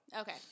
Okay